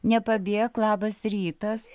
nepabėk labas rytas